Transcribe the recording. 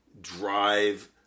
drive